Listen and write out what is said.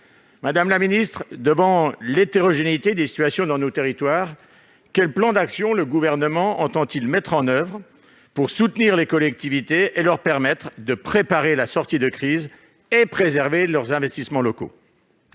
Madame la ministre, devant l'hétérogénéité des situations dans nos territoires, quels plans d'action le Gouvernement entend-il mettre en oeuvre pour soutenir les collectivités, leur permettre de préparer la sortie de crise et de préserver les investissements locaux ?